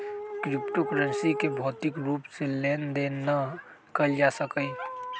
crypto currency के भौतिक रूप से लेन देन न कएल जा सकइय